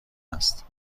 است